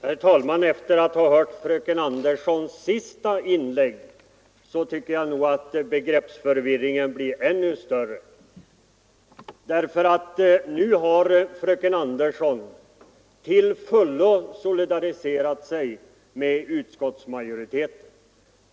Herr talman! Efter fröken Anderssons sista inlägg tycker jag att begreppsförvirringen blir ännu större. Nu har fröken Andersson till fullo solidariserat sig med utskottsmajoriteten.